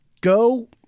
Go